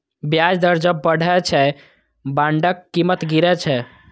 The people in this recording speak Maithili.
ब्याज दर जब बढ़ै छै, बांडक कीमत गिरै छै